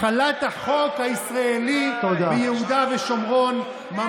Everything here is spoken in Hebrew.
החלת החוק הישראלי ביהודה ושומרון.